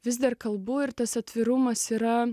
vis dar kalbų ir tas atvirumas yra